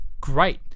great